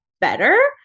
better